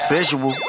Visual